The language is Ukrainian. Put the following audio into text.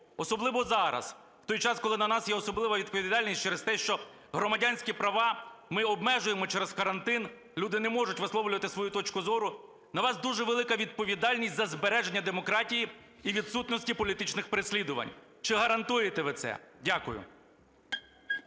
особливо зараз, в той час, коли на нас є особлива відповідальність через те, що громадянські права ми обмежуємо через карантин, люди не можуть висловлювати свою точку зору, на вас дуже велика відповідальність за збереження демократії і відсутності політичних переслідувань? Чи гарантуєте ви це? Дякую.